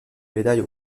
médaille